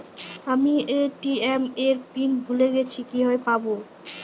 আমি এ.টি.এম এর পিন ভুলে গেছি কিভাবে পাবো?